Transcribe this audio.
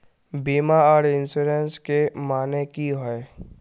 बीमा आर इंश्योरेंस के माने की होय?